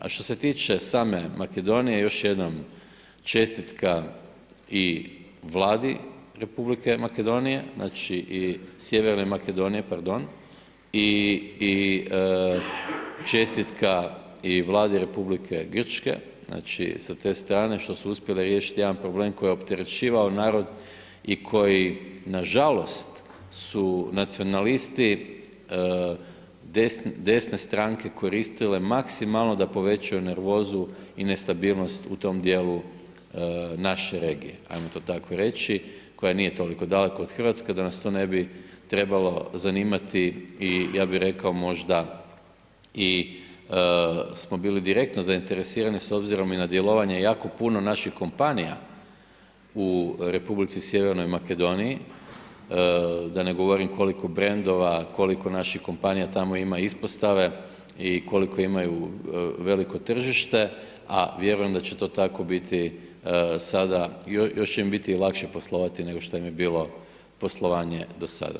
A što se tiče same Makedonije, još jednom čestitka i Vladi Republike Makedonije znači Sjeverne Makedonije, pardon, i čestitka i Vladi Republike Grčke, znači sa te strane što su uspjeli riješiti jedan problem koji je opterećivao narod i koji nažalost su nacionalisti desne stranke koristile maksimalno povećaju nervozu i nestabilnost u tom djelu naše regije, ajmo to tako reći koja nije toliko daleko od Hrvatske da nas to ne bi trebalo zanimati i ja bi rekao možda smo bili direktno zainteresirani s obzirom i na djelovanje jako puno naših kompanija u Republici Sjevernoj Makedoniji, da ne govorim koliko brendova, koliko naših kompanija tamo ispostave i koliko imaju veliko tržište, a vjerujem da će to tako biti sada, još će im biti lakše poslovati nego što im je bilo poslovanje do sada.